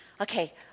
Okay